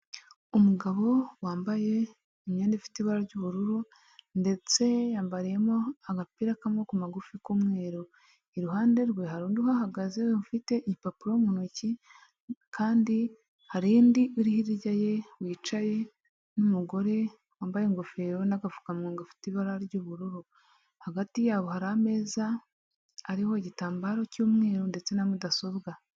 Umugabo wambaye imyenda ifite ibara ry'ubururu ndetse yambariyemo agapira k'amaboko magufi k'umweru iruhande rwe hari undi uhagaze we ufite ipapuro mu ntoki kandi hari undi uri hirya ye wicaye n'umugore wambaye ingofero n'agapfukamuwa afite ibara ry'ubururu hagati yabo hari ameza ariho igitambaro cy'umweru ndetse na mudasobwa.